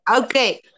Okay